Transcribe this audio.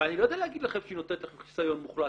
אבל אני לא יודע להגיד לכן שהיא נותנת לכן חיסיון מוחלט